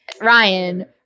Ryan